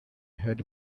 heard